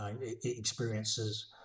experiences